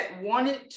wanted